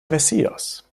messias